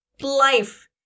life